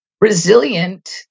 resilient